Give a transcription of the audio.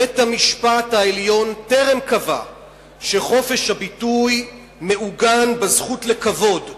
בית-המשפט העליון טרם קבע שחופש הביטוי מעוגן בזכות לכבוד שבחוק-יסוד: